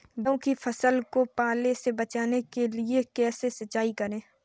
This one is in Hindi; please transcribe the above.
गेहूँ की फसल को पाले से बचाने के लिए कैसे सिंचाई करें?